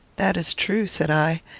that is true, said i.